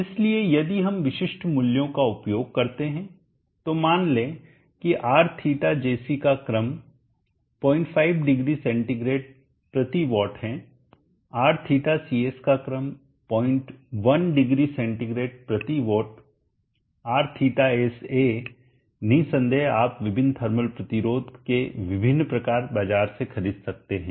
इसलिए यदि हम विशिष्ट मूल्यों का उपयोग करते हैं तो मान लें कि Rθjc का क्रम 05oCW है Rθcs का क्रम 01oCW Rθsa निसंदेह आप विभिन्न थर्मल प्रतिरोध के विभिन्न प्रकार बाजार से खरीद सकते हैं